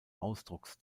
ausdrucks